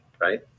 right